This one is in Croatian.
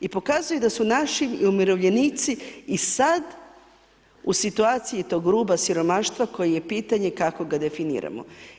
I pokazuje da su naši umirovljenici i sad u situaciji tog ruba siromaštva koji je pitanje kako ga definiramo.